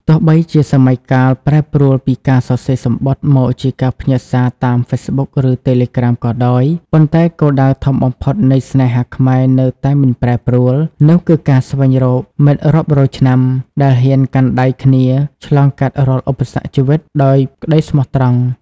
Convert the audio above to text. ទោះបីជាសម័យកាលប្រែប្រួលពីការសរសេរសំបុត្រ មកជាការផ្ញើសារតាម Facebook ឬ Telegram ក៏ដោយ ប៉ុន្តែគោលដៅធំបំផុតនៃស្នេហាខ្មែរនៅតែមិនប្រែប្រួល នោះគឺការស្វែងរក "មិត្តរាប់រយឆ្នាំ" ដែលហ៊ានកាន់ដៃគ្នាឆ្លងកាត់រាល់ឧបសគ្គជីវិតដោយក្តីស្មោះត្រង់។